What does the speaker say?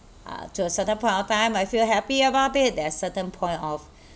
uh to a certain point of time I feel happy about it there's certain point of